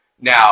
Now